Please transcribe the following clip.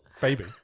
baby